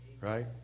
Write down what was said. Right